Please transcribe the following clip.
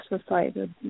society